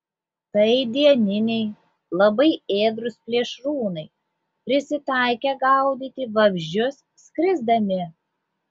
tai dieniniai labai ėdrūs plėšrūnai prisitaikę gaudyti vabzdžius skrisdami